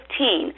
2015